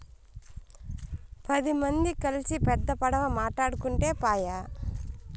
పది మంది కల్సి పెద్ద పడవ మాటాడుకుంటే పాయె